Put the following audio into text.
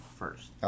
first